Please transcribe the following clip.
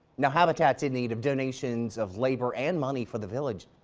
now habitats in need of donations of labor and money for the village.